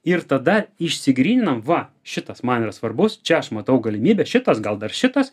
ir tada išsigryninam va šitas man yra svarbus čia aš matau galimybę šitas gal dar šitas